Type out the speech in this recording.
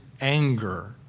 anger